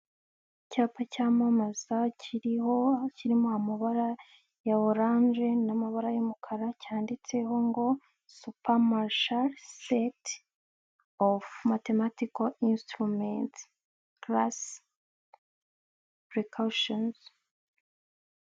Icyapa cyamamaza kiriho kirimo amabara ya orange n'amabara y'umukara cyanditseho ngo superimatisheseti ofu matematikari insutumetsi burikesheni..